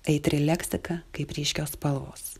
aitri leksika kaip ryškios spalvos